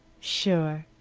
sure,